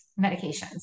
medications